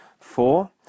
Four